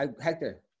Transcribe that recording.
Hector